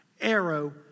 arrow